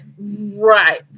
right